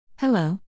Hello